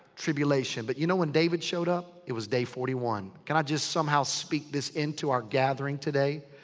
tribulation. but you know when david showed up? it was day forty one. can i just somehow speak this into our gathering today?